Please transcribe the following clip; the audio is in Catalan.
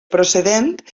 procedent